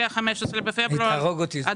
וגם אם זה יאושר אחרי ה-15 בפברואר,